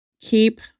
Keep